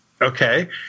okay